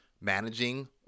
managing